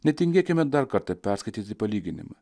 netingėkime dar kartą perskaityti palyginimą